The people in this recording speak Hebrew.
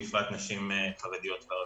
בפרט אצל נשים חרדיות וערביות.